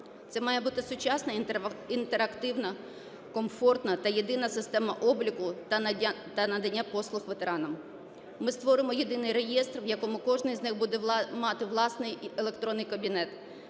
Це має бути сучасна інтерактивна, комфортна та єдина система обліку та надання послуг ветеранам. Ми створимо єдиний реєстр, в якому кожний з них буде мати власний електронний кабінет